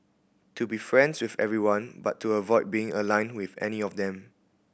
to be friends with everyone but to avoid being aligned with any of them